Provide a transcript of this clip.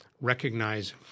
recognize